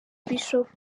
bishop